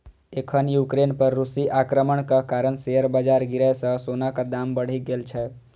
एखन यूक्रेन पर रूसी आक्रमणक कारण शेयर बाजार गिरै सं सोनाक दाम बढ़ि गेल छै